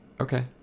Okay